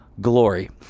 glory